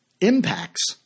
impacts